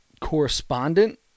correspondent